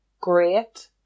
great